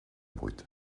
brut